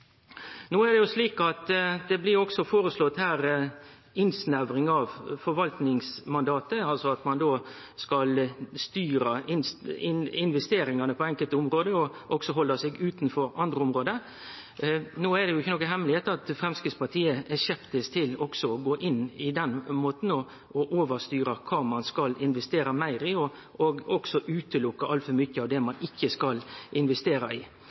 No blir det òg foreslått innsnevring av forvaltingsmandatet, at ein skal styre investeringane på enkelte område og halde seg utanfor på andre område. Det er ikkje nokon hemmelegheit at Framstegspartiet er skeptisk til å gå inn i den måten å overstyre kva ein skal investere meir i, og ekskludere altfor mykje av det ein ikkje skal investere i.